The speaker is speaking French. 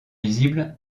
visible